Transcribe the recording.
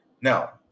Now